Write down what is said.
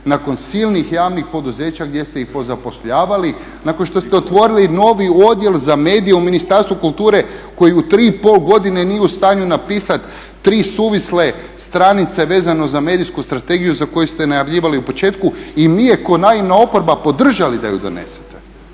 nakon silnih javnih poduzeća gdje ste ih pozapošljavali nakon što ste otvorili novi odjel za medije u Ministarstvu kulture koji u 3,5 godine nije u stanju napisati tri suvisle stranice vezano za medijsku strategiju za koju ste najavljivali u početku i mi je ko naivna oporba podržali da ju donesete